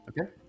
Okay